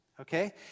Okay